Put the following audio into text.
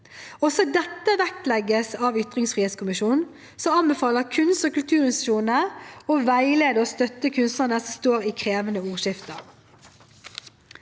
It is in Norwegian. Også dette vektlegges av ytringsfrihetskommisjonen, som anbefaler kunst- og kulturinstitusjonene å veilede og støtte kunstnere som står i krevende ordskifter.